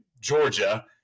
Georgia